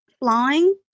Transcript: flying